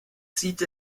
sieht